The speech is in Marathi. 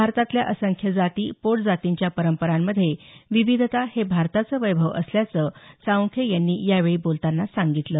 भारतातल्या असंख्य जाती पोटजातींच्या पंरपरांमध्ये विविधता हे भारताचं वैभव असल्याचं साळूखे यांनी यावेळी बोलतांना सांगितलं